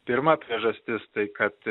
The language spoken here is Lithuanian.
pirma priežastis tai kad